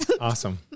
Awesome